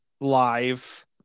Live